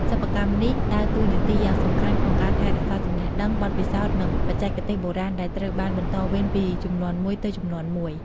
សិប្បកម្មនេះដើរតួនាទីយ៉ាងសំខាន់ក្នុងការថែរក្សាចំណេះដឹង បទពិសោធន៍ និងបច្ចេកទេសបុរាណ ដែលត្រូវបានបន្តវេនពីជំនាន់មួយទៅជំនាន់មួយ។